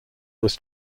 was